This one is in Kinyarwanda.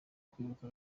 kwibuka